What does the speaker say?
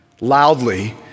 loudly